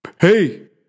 hey